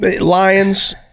Lions